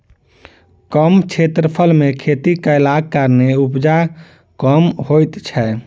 कम क्षेत्रफल मे खेती कयलाक कारणेँ उपजा कम होइत छै